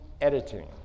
editing